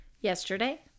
Yesterday